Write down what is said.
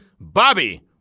Bobby